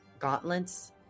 gauntlets